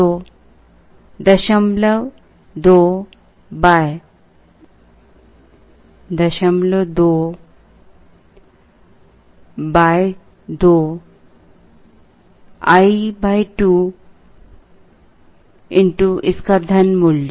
तो 02 2 i 2 इसका धन मूल्य